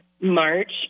March